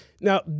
Now